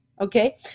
Okay